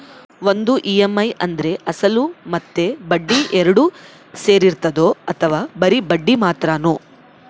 ಒಂದು ಇ.ಎಮ್.ಐ ಅಂದ್ರೆ ಅಸಲು ಮತ್ತೆ ಬಡ್ಡಿ ಎರಡು ಸೇರಿರ್ತದೋ ಅಥವಾ ಬರಿ ಬಡ್ಡಿ ಮಾತ್ರನೋ?